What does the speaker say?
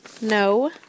No